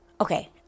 okay